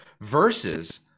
versus